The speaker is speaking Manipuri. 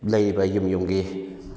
ꯂꯩꯔꯤꯕ ꯌꯨꯝ ꯌꯨꯝꯒꯤ